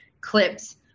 clips